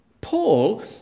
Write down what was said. Paul